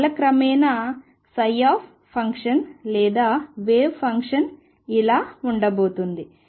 కాలక్రమేణా ఫంక్షన్ లేదా wave function ఇలా ఉండబోతోంది